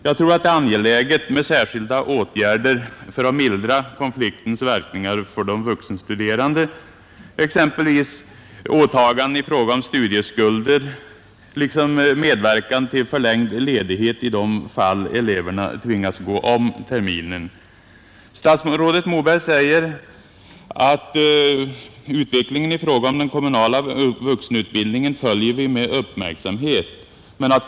Jag tror det är angeläget med särskilda åtgärder för att mildra konfliktens verkningar för de vuxenstuderande, exempelvis genom åtagande i fråga om studieskulder och medverkan till förlängd ledighet i de fall eleverna tvingas att gå om terminen. Statsrådet Moberg säger i svaret: »Utvecklingen i fråga om den kommunala vuxenutbildningen följer vi med uppmärksamhet.